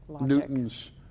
Newton's